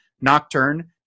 Nocturne